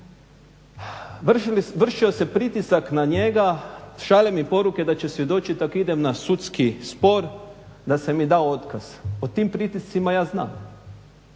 Vršio se pritisak na njega, šalje mi poruke da će svjedočit ako idem na sudski spor da … da otkaz. O tim pritiscima ja znam.